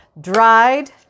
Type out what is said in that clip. dried